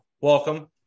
welcome